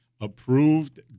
approved